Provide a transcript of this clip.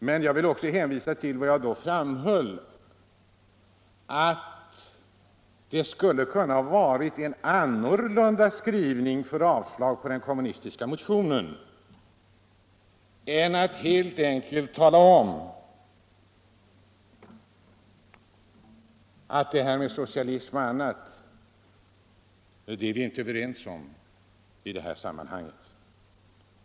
Men vad jag framhöll var att man skulle ha kunnat använda en annan skrivning när man avstyrkte den kommunistiska motionen än att säga att vi inte är överens om det här med socialism i detta sammanhang.